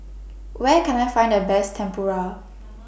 Where Can I Find The Best Tempura